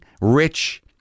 rich